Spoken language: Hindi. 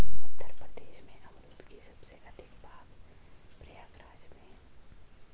उत्तर प्रदेश में अमरुद के सबसे अधिक बाग प्रयागराज में है